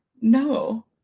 No